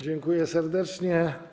Dziękuję serdecznie.